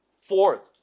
Fourth